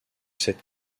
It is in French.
cette